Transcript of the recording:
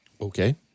Okay